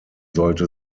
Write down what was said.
sollte